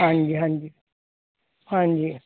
ਹਾਂਜੀ ਹਾਂਜੀ ਹਾਂਜੀ